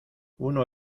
uno